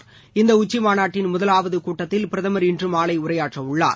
இந்த உச்சிமாநாட்டின் முதலாவது கூட்டத்தில் பிரதமர் இன்று மாலை உரையாற்ற உள்ளார்